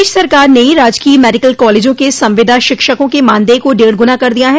प्रदेश सरकार ने राजकीय मेडिकल कॉलेजों के संविदा शिक्षकों के मानदेय को डेढ़ गुना कर दिया है